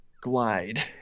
glide